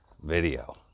video